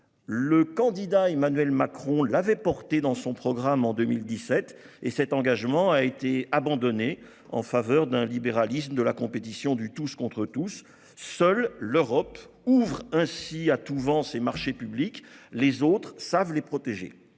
Le candidat Emmanuel Macron l'avait proposé en 2017 dans son programme, mais cet engagement a été abandonné en faveur d'un libéralisme de la compétition de tous contre tous. Seule l'Europe ouvre ainsi à tous les vents ses marchés publics. Les autres savent les protéger.